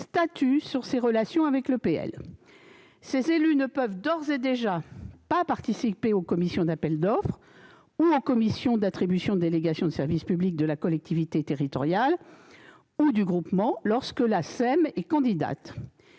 statue sur ses relations avec cette EPL. Ces élus ne peuvent d'ores et déjà pas participer aux commissions d'appel d'offres ou aux commissions d'attribution de délégation de service public de la collectivité territoriale ou du groupement, lorsque la SEML est candidate.